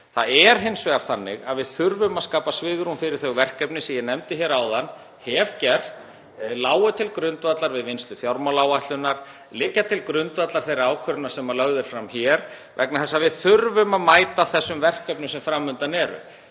Það er hins vegar þannig að við þurfum að skapa svigrúm fyrir þau verkefni sem ég nefndi hér áðan og hef gert það, þau lágu til grundvallar við vinnslu fjármálaáætlunar, liggja til grundvallar þeirri ákvörðun sem lögð er fram hér vegna þess að við þurfum að mæta þessum verkefnum sem fram undan eru.